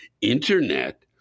internet